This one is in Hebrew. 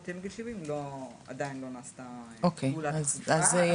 לבני 70 עדיין לא נעשתה פעולת אכיפה.